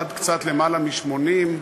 עד קצת למעלה מ-80,